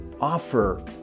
offer